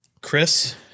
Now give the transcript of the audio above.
Chris